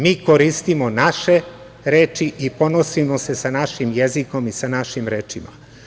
Mi koristimo naše reči i ponosimo se sa našim jezikom i sa našim rečima.